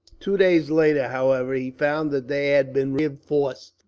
two days later, however, he found that they had been reinforced,